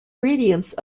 radiance